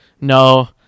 No